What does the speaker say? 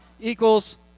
equals